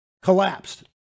Collapsed